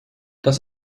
das